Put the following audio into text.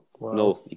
No